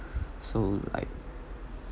so like